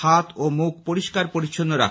হাত ও মুখ পরিষ্কার পরিচ্ছন্ন রাখুন